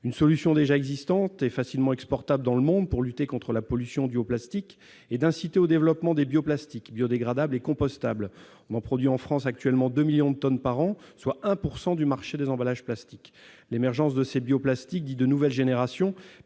une solution déjà existantes et facilement exportable dans le monde pour lutter contre la pollution due au plastique et d'inciter au développement des bio-plastiques biodégradables et compostables on en produit en France actuellement, 2 millions de tonnes par an, soit 1 pourcent du marché des emballages plastiques, l'émergence de ces bio-plastiques dits de nouvelle génération